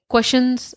Questions